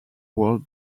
world